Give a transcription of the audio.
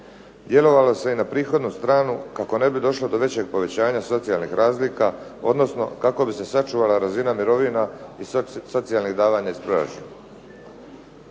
Djelovalo se i na prihodovnu stranu kako ne bi došlo do većeg povećanja socijalnih razlika odnosno kako bi se sačuvala razina mirovina i socijalnih davanja iz proračuna.